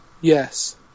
Yes